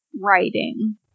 writing